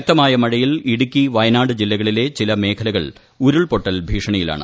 ശക്തമായ മഴയിൽ ഇടുക്കി വയനാട് ജില്ലകളിലെ ചില മേഖലകൾ ഉരുൾപൊട്ടൽ ഭീഷണിയിലാണ്